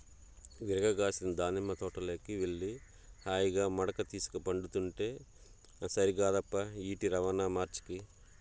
విరగ కాసిన దానిమ్మ తోటలోకి వెళ్లి హాయిగా మడక తీసుక పండుకుంటే సరికాదప్పా ఈటి రవాణా మార్చకు